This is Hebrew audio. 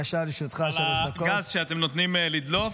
על הגז שאתם נותנים לו לדלוף.